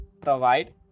provide